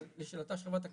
אבל לשאלתה של חברת הכנסת,